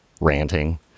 ranting